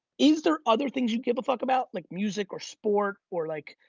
is there other things you give a fuck about like music or sport or like,